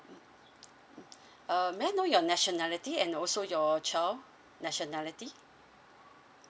uh may I know your nationality and also your child nationality